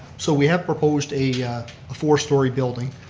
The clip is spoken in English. so we have proposed a four story building.